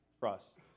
trust